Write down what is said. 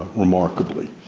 remarkably.